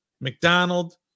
McDonald